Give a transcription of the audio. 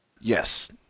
Yes